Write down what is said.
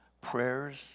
prayers